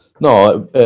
No